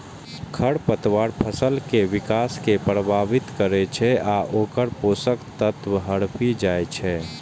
खरपतवार फसल के विकास कें प्रभावित करै छै आ ओकर पोषक तत्व हड़पि जाइ छै